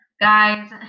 guys